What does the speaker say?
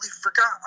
forgot